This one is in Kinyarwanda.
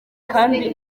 kandi